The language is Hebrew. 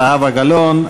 זהבה גלאון,